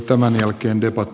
tämän jälkeen debatti